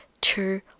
two